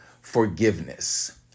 forgiveness